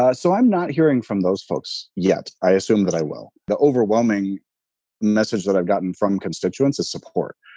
ah so i'm not hearing from those folks yet. i assume that i will. the overwhelming message that i've gotten from constituents is support.